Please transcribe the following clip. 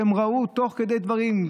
שהם ראו תוך כדי הדברים,